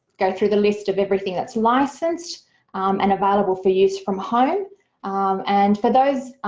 go through the list of everything that's licensed and available for use from home and for those,